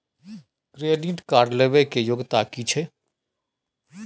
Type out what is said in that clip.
Credit card लेबै के योग्यता कि छै?